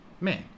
Man